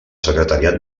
secretariat